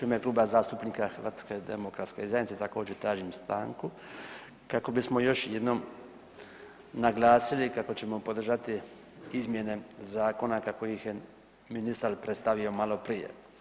U ime Kluba zastupnika HDZ-a također tražim stanku kako bismo još jednom naglasili kako ćemo podržati izmjene zakona kako ih je ministar predstavio maloprije.